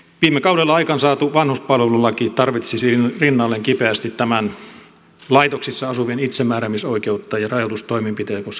viime kaudella aikaansaatu vanhuspalvelulaki tarvitsisi rinnalleen kipeästi tämän laitoksissa asuvien itsemääräämisoikeutta ja rajoitustoimenpiteitä koskevan lainsäädännön